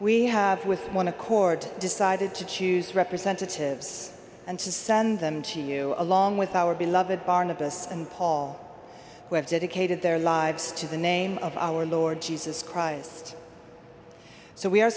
we have with one accord decided to choose representatives and to send them to you along with our beloved barnabas and paul who have dedicated their lives to the name of our lord jesus christ so we are